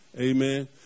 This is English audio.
amen